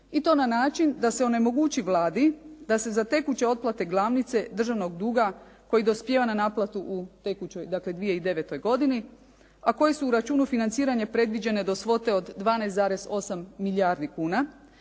i to na način da se onemogući Vladi da se za tekuće otplate glavnice državnog duga koji dospijeva na naplatu u tekućoj, dakle 2009. godini, a koji su u računu financiranja predviđene do svote od 12,8 milijardi kuna.